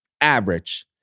average